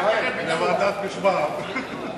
(חבר הכנסת יואל חסון יוצא מאולם המליאה.)